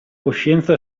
coscienza